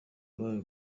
yabaye